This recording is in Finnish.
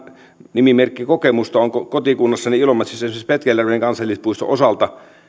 nimimerkki kokemusta on kotikunnassani ilomantsissa esimerkiksi petkeljärven kansallispuiston osalta